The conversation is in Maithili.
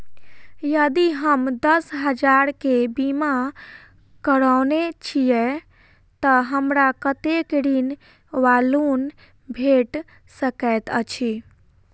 यदि हम दस हजार केँ बीमा करौने छीयै तऽ हमरा कत्तेक ऋण वा लोन भेट सकैत अछि?